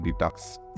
detox